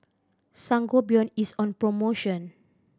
Sangobion is on promotion